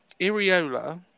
Iriola